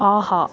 ஆஹா